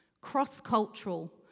cross-cultural